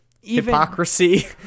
Hypocrisy